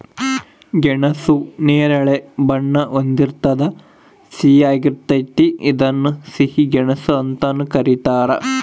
ಗೆಣಸು ನೇರಳೆ ಬಣ್ಣ ಹೊಂದಿರ್ತದ ಸಿಹಿಯಾಗಿರ್ತತೆ ಇದನ್ನ ಸಿಹಿ ಗೆಣಸು ಅಂತಾನೂ ಕರೀತಾರ